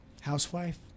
Housewife